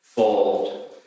fold